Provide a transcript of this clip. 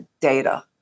data